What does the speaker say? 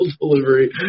delivery